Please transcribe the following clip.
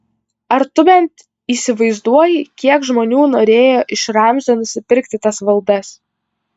ar tu bent įsivaizduoji kiek žmonių norėjo iš ramzio nusipirkti tas valdas